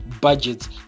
budgets